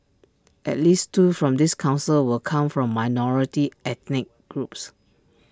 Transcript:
at least two from this Council will come from minority ethnic groups